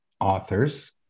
authors